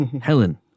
Helen